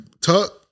Tuck